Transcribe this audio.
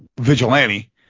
Vigilante